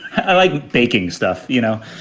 i like baking stuff. you know,